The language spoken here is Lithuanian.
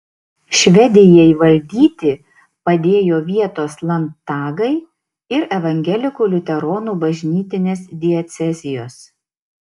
švedijai valdyti padėjo vietos landtagai ir evangelikų liuteronų bažnytinės diecezijos